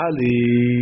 Ali